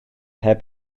heb